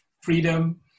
freedom